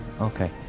okay